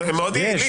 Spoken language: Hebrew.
הם מאוד יעילים.